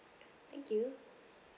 thank you